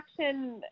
action